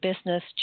business